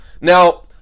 Now